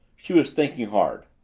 she was thinking hard.